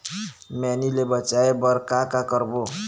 मैनी ले बचाए बर का का करबो?